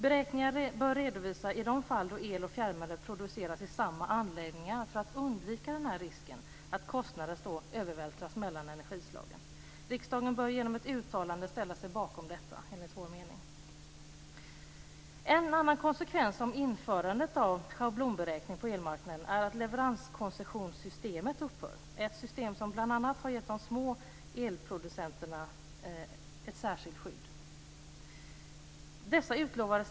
Beräkningar bör redovisas i de fall då el och fjärrvärme produceras i samma anläggningar för att undvika risken att kostnaderna övervältras mellan energislagen. Riksdagen bör enligt vår mening genom ett uttalande ställa sig bakom detta. En annan konsekvens av införandet av schablonberäkning på elmarknaden är att leveranskoncessionssystemet upphör. Detta system har bl.a. gett de små elproducenterna ett särskilt skydd.